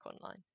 online